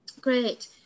great